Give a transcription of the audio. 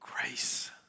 grace